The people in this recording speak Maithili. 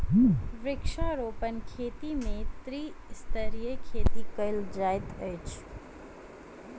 वृक्षारोपण खेती मे त्रिस्तरीय खेती कयल जाइत छै